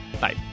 bye